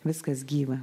viskas gyva